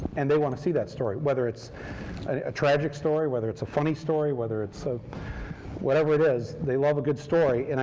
and they want to see that story, whether it's and a tragic story, whether it's a funny story, whether it's so whatever it is, they love a good story. and